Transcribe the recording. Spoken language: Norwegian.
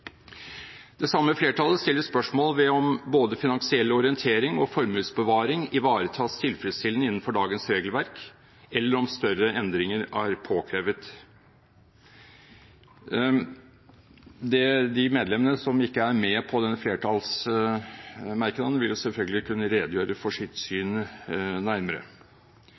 Det samme flertallet stiller spørsmål ved om både finansiell orientering og formuesbevaring ivaretas tilfredsstillende innenfor dagens regelverk, eller om større endringer er påkrevet. De medlemmene som ikke er med på denne flertallsmerknaden, vil selvfølgelig kunne redegjøre nærmere for sitt syn.